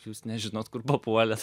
jūs nežinot kur papuolėt